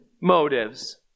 motives